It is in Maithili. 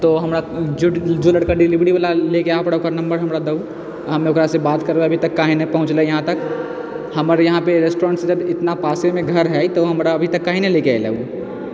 तोँ हमरा जो जो लड़का डिलिवरीवला लैके आबऽ पाड़े ओकर नंबर हमरा दहु हम ओकरासँ बात करबय अभी तक काहे नहि पहुँचलै यहाँ तक हमर यहाँपर रेस्टोरेन्टसँ जब इतना पासेमे घर हइ तऽ अभी तक काहे नहि लएके एलय उ